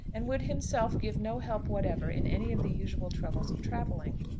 and would himself give no help whatever in any of the usual troubles of travelling.